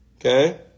Okay